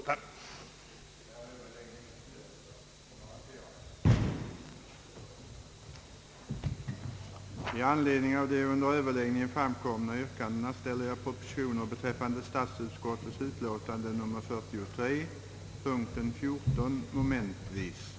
a) framhålla vikten av att ungdomsorganisationernas vägledande och fostrande verksamhet sattes in så tidigt som möjligt och hemställa att därför den nedre åldersgränsen för statsbidragsberättigade medlemmar sänktes från 12 till 10 år från och med budgetåret 1970/ 71,